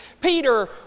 Peter